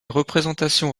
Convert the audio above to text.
représentations